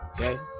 Okay